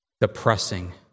Depressing